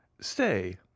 Stay